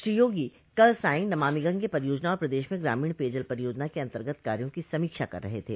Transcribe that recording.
श्री योगी कल सांय नमामि गंगे परियोजना और प्रदेश में ग्रामीण पेयजल परियोजना के अन्तर्गत कार्यो की समीक्षा कर रहे थे